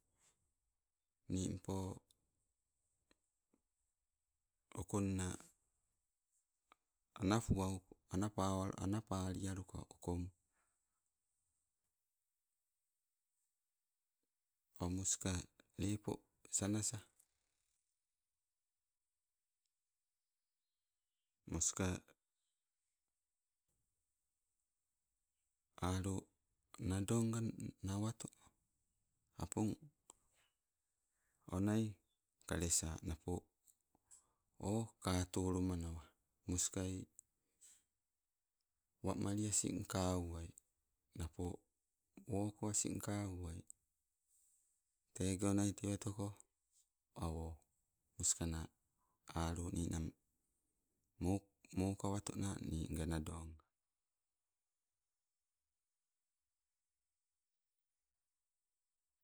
Nimpo okonna anapua anapawa analialuko okompo. O moska lepo, sanasa, moska alo nadonga nawato apong onai kalesa napo o katolomanawa moskai wamali asing kauwai, napo woko asing kauwai. Tego nai tewatoko awo moskana alo ninang mo mokawatona, ninga nadonga.